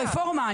הרפורמה.